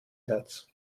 herz